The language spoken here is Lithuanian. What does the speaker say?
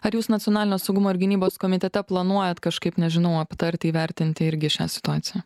ar jūs nacionalinio saugumo ir gynybos komitete planuojat kažkaip nežinau aptarti įvertinti irgi šią situaciją